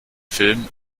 film